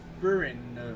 brewing